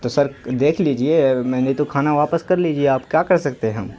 تو سر دیکھ لیجیے میں نہیں تو کھانا واپس کر لیجیے آپ کیا کر سکتے ہم